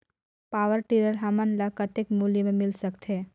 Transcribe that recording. Power tiller हमन ल कतेक मूल्य मे मिल सकथे?